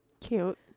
Cute